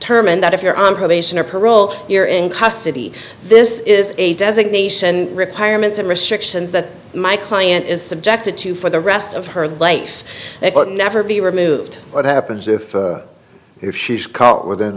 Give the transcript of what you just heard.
term and that if you're on probation or parole you're in custody this is a designation requirements and restrictions that my client is subjected to for the rest of her life never be removed what happens if if she's caught within